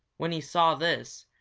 when he saw this,